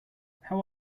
how